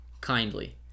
Kindly